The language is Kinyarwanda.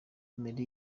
emery